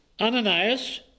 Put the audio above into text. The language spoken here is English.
Ananias